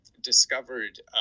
discovered